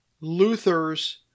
Luther's